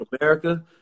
America